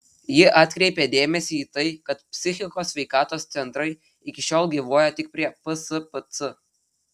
ji atkreipė dėmesį į tai kad psichikos sveikatos centrai iki šiol gyvuoja tik prie pspc